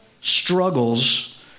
struggles